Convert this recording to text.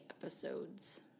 episodes